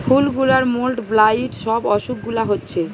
ফুল গুলার mould, blight সব অসুখ গুলা হচ্ছে